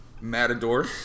matador